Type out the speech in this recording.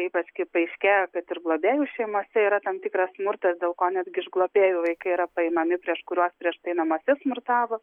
ypač kai paaiškėjo kad ir globėjų šeimose yra tam tikras smurtas dėl ko netgi iš globėjų vaikai yra paimami prieš kuriuos prieš tai namuose smurtavo